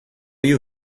you